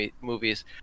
movies